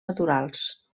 naturals